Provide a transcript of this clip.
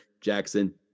Jackson